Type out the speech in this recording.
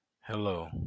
hello